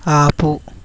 ఆపు